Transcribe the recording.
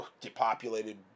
depopulated